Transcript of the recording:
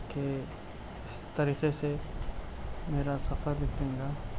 کہ اِس طریقے سے میرا سفر نکلیں گا